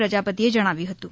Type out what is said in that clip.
પ્રજાપતિએ જણાવ્યું હતું